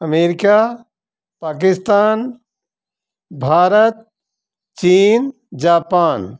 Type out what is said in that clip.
America Pakistan Bharat चीन Japan